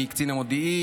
מקצין המודיעין,